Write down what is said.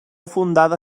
fundada